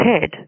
head